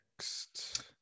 next